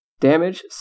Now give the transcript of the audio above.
Damage